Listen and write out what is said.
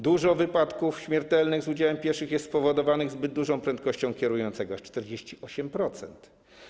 Dużo wypadków śmiertelnych z udziałem pieszych jest spowodowanych zbyt dużą prędkością kierującego - aż 48%.